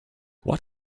what